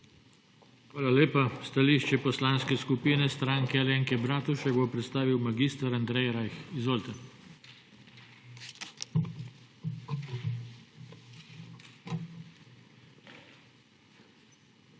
Hvala lepa. Stališče Poslanske skupine Stranke Alenke Bratušek bo predstavil mag. Andrej Rajh. Izvolite. **MAG.